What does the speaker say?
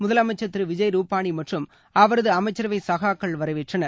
முதலமைச்சர் திரு விஜய் ரூபானி மற்றும் அவரது அமைச்சரவை சகாக்கள் வரவேற்றனர்